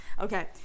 Okay